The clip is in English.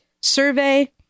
survey